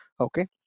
okay